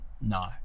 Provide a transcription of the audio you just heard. No